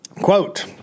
Quote